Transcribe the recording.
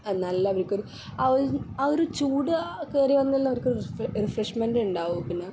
എന്നാല്ലല്ലെ അവർക്കും ആ ഒരു ചൂടാ ആ കയറി വന്നുള്ളവർക്കൊരു ഫ് റിഫ്രഷ്മെൻട് ഉണ്ടാകു പിന്നെ